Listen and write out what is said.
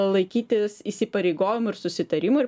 laikytis įsipareigojimų ir susitarimų ir